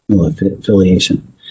affiliation